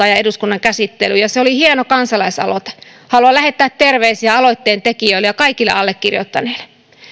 ja eduskunnan käsittelyyn ja se oli hieno kansalaisaloite haluan lähettää terveisiä aloitteen tekijöille ja kaikille allekirjoittaneille